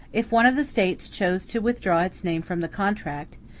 if one of the states chose to withdraw its name from the contract,